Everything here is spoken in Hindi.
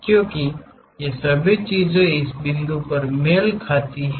क्योंकि ये सभी चीजें इस बिंदु पर मेल खा रही हैं